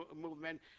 movement